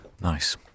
Nice